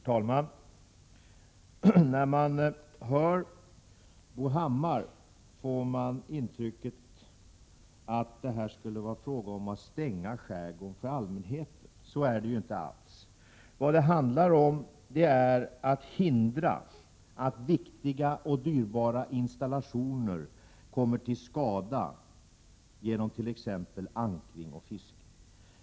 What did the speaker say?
Herr talman! När man hör Bo Hammar får man intrycket att det skulle vara fråga om att stänga skärgården för allmänheten. Det är inte alls så. Det handlar om att hindra att viktiga och dyrbara installationer kommer till skada genom t.ex. ankring och fiske.